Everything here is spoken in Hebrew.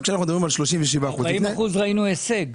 ב-40% ראינו הישג.